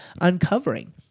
Uncovering